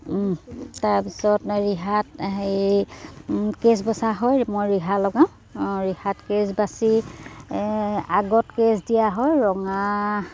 তাৰপিছত ৰিহাত হেৰি কেছ বচা হয় মই ৰিহা লগাওঁ ৰিহাত কেছ বাছি আগত কেঁচ দিয়া হয় ৰঙা